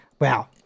Wow